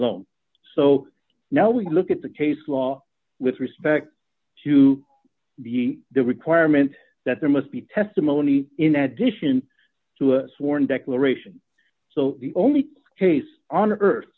alone so now we look at the case law with respect to the the requirement that there must be testimony in addition to a sworn declaration so the only case on earth